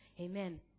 Amen